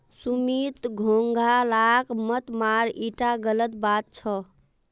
सुमित घोंघा लाक मत मार ईटा गलत बात छ